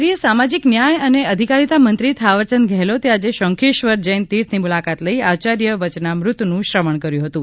કેન્દ્રીય સામાજિક ન્યાય અને અધિકારિતા મંત્રી થાવરચંદ ગહેલોતે આજે શંખેશ્વર જૈન તીર્થની મુલાકાત લઈ આચાર્ય વચનામૃતનું શ્રવણ કર્યું હતું